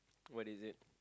what is it